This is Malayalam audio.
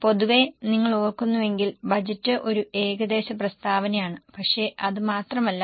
പൊതുവേ നിങ്ങൾ ഓർക്കുന്നുവെങ്കിൽ ബജറ്റ് ഒരു ഏകദേശ പ്രസ്താവനയാണ് പക്ഷെ അത് മാത്രമല്ല